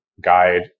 guide